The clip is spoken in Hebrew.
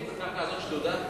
הקרקע הזאת שדודה?